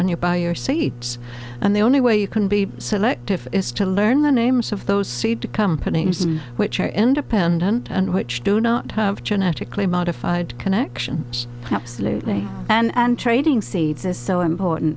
when you buy your seats and the only way you can be selective is to learn the names of those seed companies which are independent and which do not have genetically modified connection absolutely and trading seeds is so important